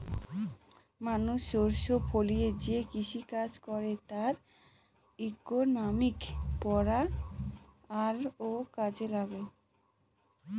মানুষ শস্য ফলিয়ে যে কৃষিকাজ করে তার ইকনমিক্স পড়া আরও কাজে লাগে